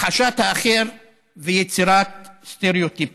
הכחשת האחר ויצירת סטריאוטיפים.